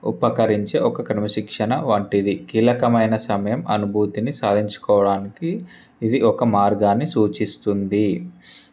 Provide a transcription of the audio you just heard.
ఉపకరించే ఒక క్రమశిక్షణ వంటిది కీలకమైన సమయం అనుభూతిని సాధించుకోవడానికి ఇది ఒక మార్గాన్ని సూచిస్తుంది